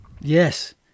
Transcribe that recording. yes